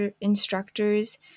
instructors